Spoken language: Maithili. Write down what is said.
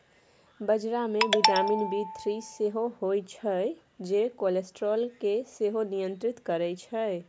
बजरा मे बिटामिन बी थ्री सेहो होइ छै जे कोलेस्ट्रॉल केँ सेहो नियंत्रित करय छै